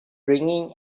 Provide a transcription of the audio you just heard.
ringing